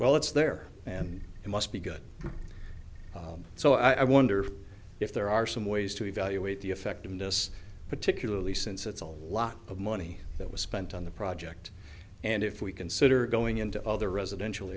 well it's there and it must be good so i wonder if there are some ways to evaluate the effectiveness particularly since it's all a lot of money that was spent on the project and if we consider going into all the residential